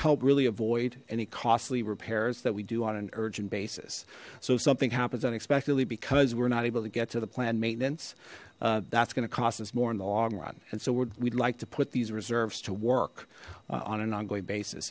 help really avoid any costly repairs that we do on an urgent basis so if something happens unexpectedly because we're not able to get to the plan maintenance that's going to cost us more in the long run and so we'd like to put these reserves to work on an ongoing basis